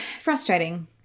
frustrating